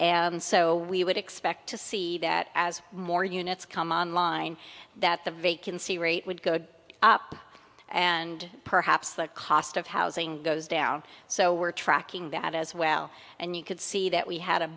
rate so we would expect to see that as more units come on line that the vacancy rate would go up and perhaps the cost of housing goes down so we're tracking that as well and you could see that we had a